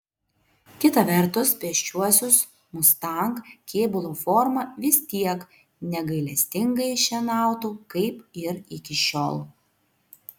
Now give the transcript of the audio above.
kita vertus pėsčiuosius mustang kėbulo forma vis tiek negailestingai šienautų kaip ir iki šiol